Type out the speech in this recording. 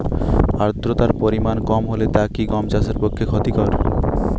আর্দতার পরিমাণ কম হলে তা কি গম চাষের পক্ষে ক্ষতিকর?